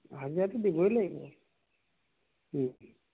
হাজিৰাটো দিবই লাগিব